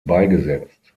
beigesetzt